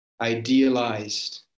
idealized